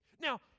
Now